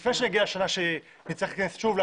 לפני שתגיע השנה שבה נצטרך להתכנס שוב על